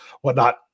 whatnot